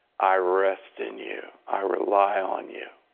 i rest in you. i rely on you.